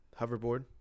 Hoverboard